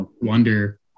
wonder